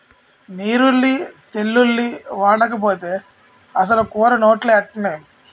నీరుల్లి తెల్లుల్లి ఓడకపోతే అసలు కూర నోట్లో ఎట్టనేం